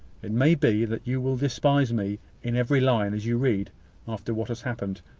it may be that you will despise me in every line as you read after what has happened,